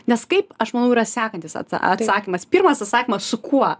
nes kaip aš manau yra sekantis at atsakymas pirmas atsakymas su kuo